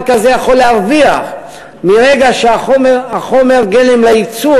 כזה יכול להרוויח מרגע שחומר הגלם לייצור,